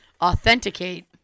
authenticate